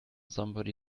somebody